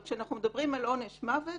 אבל כשאנחנו מדברים על עונש מוות,